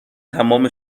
تمام